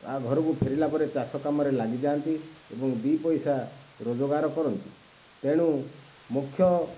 ଆଉ ଘରକୁ ଫେରିଲା ପରେ ଲୋକେ ଚାଷ କାମରେ ଲାଗି ଯା'ନ୍ତି ଏବଂ ଦୁଇ ପଇସା ରୋଜଗାର କରନ୍ତି ତେଣୁ ମୁଖ୍ୟ